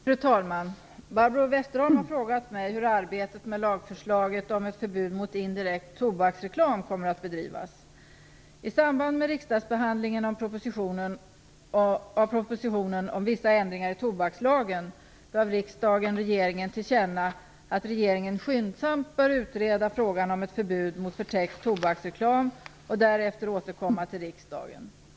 Fru talman! Barbro Westerholm har frågat mig hur arbetet med lagförslaget om ett förbud mot indirekt tobaksreklam kommer att bedrivas. 1993/94:149) att regeringen skyndsamt bör utreda frågan om ett förbud mot förtäckt tobaksreklam och därefter återkomma till riksdagen.